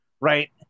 right